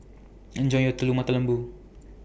Enjoy your Telur Mata Lembu